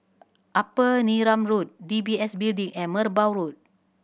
Upper Neram Road D B S Building and Merbau Road